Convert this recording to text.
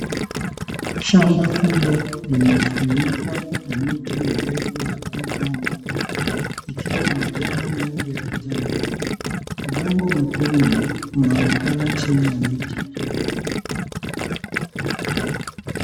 Shamba kubwa limefunikwa na miti mirefu ya migomba ikiwa na majani mengi ya kijani. Udongo mwekundu unaonekana chini ya miti.